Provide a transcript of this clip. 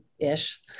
ish